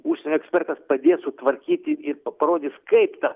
užsienio ekspertas padės sutvarkyti ir pa parodys kaip tą